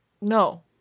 No